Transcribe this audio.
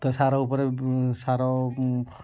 ତ ସାର ଉପରେ ସାର